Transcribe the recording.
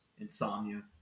Insomnia